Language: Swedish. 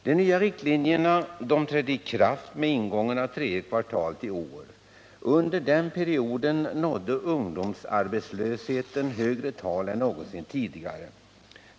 De nya riktlinjerna trädde i kraft med ingången av tredje kvartalet i år. Under den perioden nådde ungdomsarbetslösheten högre tal än någonsin tidigare.